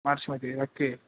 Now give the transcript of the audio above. मार्चमध्ये ओक्के